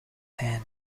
hand